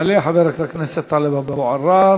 יעלה חבר הכנסת טלב אבו עראר,